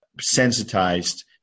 sensitized